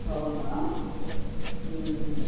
అవును మేడం